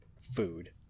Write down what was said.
food